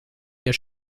ihr